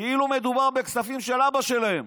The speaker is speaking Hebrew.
כאילו מדובר בכספים של אבא שלהם.